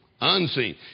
Unseen